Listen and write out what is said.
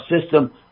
system